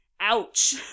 ouch